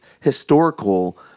historical